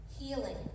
healing